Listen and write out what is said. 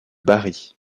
bari